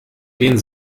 den